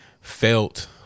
felt